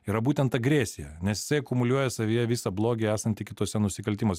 yra būtent agresija nes jisai akumuliuoja savyje visą blogį esantį kituose nusikaltimuos